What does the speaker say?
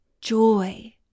joy